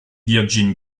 virgin